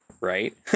right